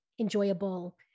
enjoyable